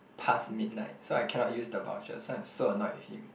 past midnight so I cannot use the voucher so I'm so annoyed with him